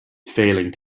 failing